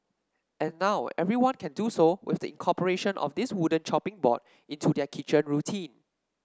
and now everyone can do so with the incorporation of this wooden chopping board into their kitchen routine